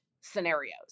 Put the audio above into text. scenarios